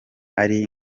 ari